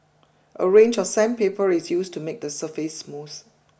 a range of sandpaper is used to make the surface smooth